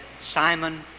Simon